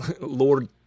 Lord